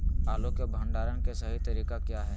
आलू के भंडारण के सही तरीका क्या है?